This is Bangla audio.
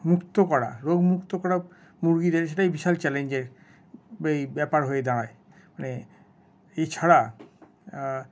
মুক্ত করা রোগ মুক্ত করা মুরগিদের সেটাই বিশাল চ্যালেঞ্জের ব্যাপার হয়ে দাঁড়ায় মানে এছাড়া